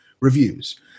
reviews